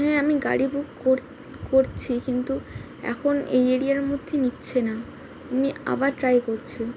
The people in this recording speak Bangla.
হ্যাঁ আমি গাড়ি বুক কর করছি কিন্তু এখন এই এরিয়ার মধ্যে নিচ্ছে না আমি আবার ট্রাই করছি